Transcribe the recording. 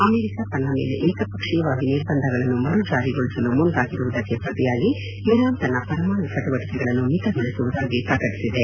America ತನ್ನ ಮೇಲೆ ಏಕಪಕ್ಷೀಯವಾಗಿ ನಿರ್ಬಂಧಗಳನ್ನು ಮರುಜಾರಿಗೊಳಿಸಲು ಮುಂದಾಗಿರುವುದಕ್ಕೆ ಪ್ರತಿಯಾಗಿ ಇರಾನ್ ತನ್ನ ಪರಮಾಣು ಚಟುವಟಿಕೆಗಳನ್ನು ಮಿತಗೊಳಿಸುವುದಾಗಿ ಪ್ರಕಟಿಸಿದೆ